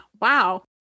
Wow